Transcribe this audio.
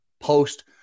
Post